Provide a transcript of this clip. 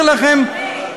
נו באמת, באמת.